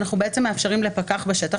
אנחנו בעצם מאפשרים לפקח בשטח,